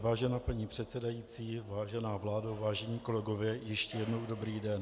Vážená paní předsedající, vážená vládo, vážení kolegové, ještě jednou dobrý den.